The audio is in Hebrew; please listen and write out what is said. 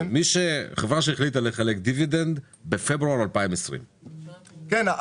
חברה שהחליטה לחלק דיבידנד בפברואר 2020. כן.